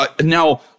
Now